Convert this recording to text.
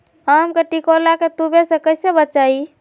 आम के टिकोला के तुवे से कैसे बचाई?